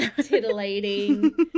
titillating